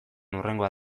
hurrengoa